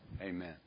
Amen